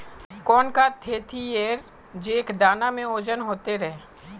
कौन खाद देथियेरे जे दाना में ओजन होते रेह?